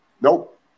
nope